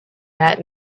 that